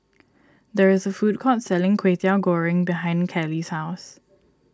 there is a food court selling Kwetiau Goreng behind Kallie's house